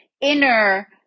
inner